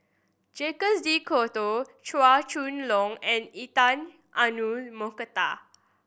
Jacques De Coutre Chua Chong Long and Intan Azura Mokhtar